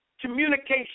communication